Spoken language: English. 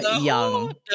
young